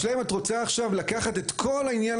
השאלה אם את רוצה עכשיו לקחת את כל העניין